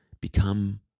Become